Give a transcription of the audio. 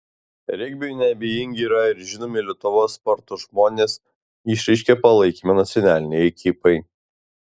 regbiui neabejingi yra ir žinomi lietuvos sporto žmonės išreiškę palaikymą nacionalinei ekipai